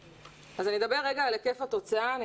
אני אדבר רגע על היקף התוצאה.